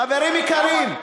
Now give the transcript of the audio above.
חברים יקרים,